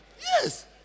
Yes